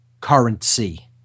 currency